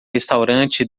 restaurante